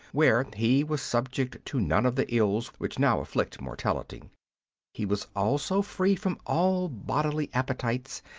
where he was subject to none of the ills which now afflict mortality he was also free from all bodily appetites,